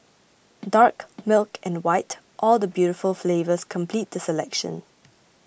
dark milk and white all the beautiful flavours complete the selection